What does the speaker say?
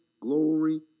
glory